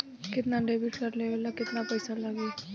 Debit card लेवे ला केतना पईसा लागी?